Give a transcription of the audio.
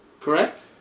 Correct